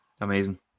Amazing